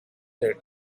said